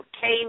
Came